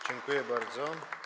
Dziękuję bardzo.